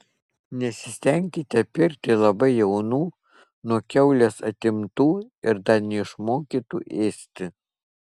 nesistenkite pirkti labai jaunų nuo kiaulės atimtų ir dar neišmokytų ėsti